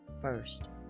first